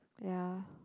ya